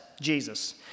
Jesus